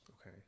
Okay